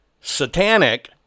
satanic